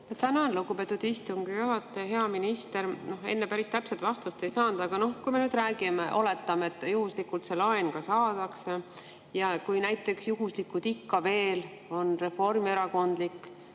Tänan, lugupeetud istungi juhataja! Hea minister! Enne päris täpset vastust ei saanud. Kui me nüüd räägime, oletame, et juhuslikult see laen ka saadakse ja kui näiteks juhuslikult ikka veel on reformierakondlik,